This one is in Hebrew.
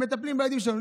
הן מטפלות בילדים שלנו.